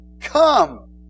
Come